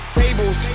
tables